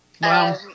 Wow